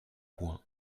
points